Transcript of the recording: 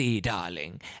darling